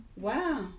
wow